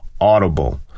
Audible